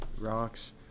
Rocks